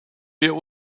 wir